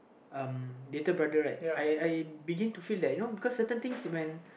uh little brother right I I begin to feel that you know because certain things when